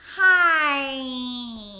Hi